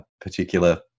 particular